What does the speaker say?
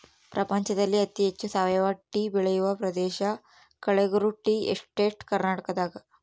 ಪ್ರಪಂಚದಲ್ಲಿ ಅತಿ ಹೆಚ್ಚು ಸಾವಯವ ಟೀ ಬೆಳೆಯುವ ಪ್ರದೇಶ ಕಳೆಗುರು ಟೀ ಎಸ್ಟೇಟ್ ಕರ್ನಾಟಕದಾಗದ